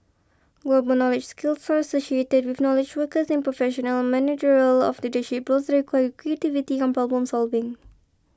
global knowledge skills are associated with knowledge workers in professional managerial or leadership roles that require creativity and problem solving